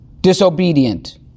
disobedient